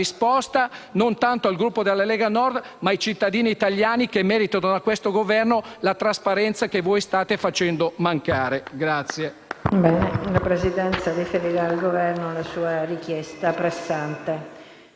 risposta non tanto al Gruppo della Lega Nord, ma ai cittadini italiani che meritano da questo Governo la trasparenza che voi state facendo mancare.